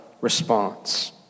response